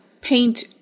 paint